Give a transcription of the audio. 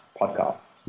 Podcasts